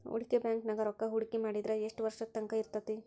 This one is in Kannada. ಹೂಡಿ ಬ್ಯಾಂಕ್ ನ್ಯಾಗ್ ರೂಕ್ಕಾಹೂಡ್ಕಿ ಮಾಡಿದ್ರ ಯೆಷ್ಟ್ ವರ್ಷದ ತಂಕಾ ಇರ್ತೇತಿ?